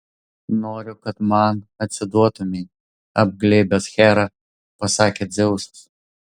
noriu kad man atsiduotumei apglėbęs herą pasakė dzeusas